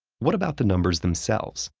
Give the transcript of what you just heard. what about the numbers themselves?